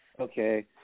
okay